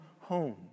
home